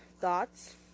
thoughts